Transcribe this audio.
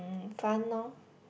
fun lor